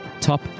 top